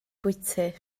bwyty